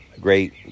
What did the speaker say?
great